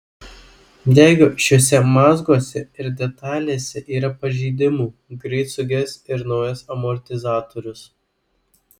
jeigu šiuose mazguose ir detalėse yra pažeidimų greit suges ir naujas amortizatorius